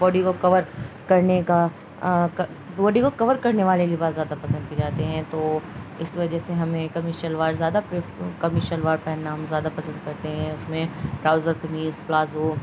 body کو cover کرنے کا باڈی کو کور کرنے والے لیے بات زیادہ پسند کی جاتے ہیں تو اس وجہ سے ہمیں کمیر شلوار زیادہ پری کمیر شلوار پہننا ہم زیادہ پسند کرتے ہیں اس میں ٹراؤزر پنیس پلازو